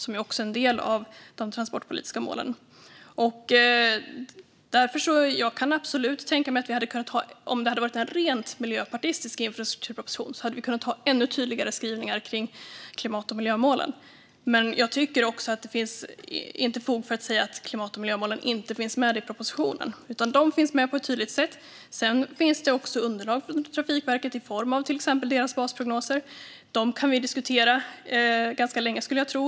Om det hade varit en rent miljöpartistisk infrastrukturproposition kan jag absolut tänka mig att vi hade kunnat ha ännu tydligare skrivningar kring klimat och miljömålen. Men jag tycker inte att det finns fog för att säga att klimat och miljömålen inte finns med i propositionen, utan de finns med på ett tydligt sätt. Sedan finns det också underlag från Trafikverket i form av till exempel deras basprognoser. Dem kan vi diskutera ganska länge, skulle jag tro.